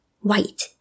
white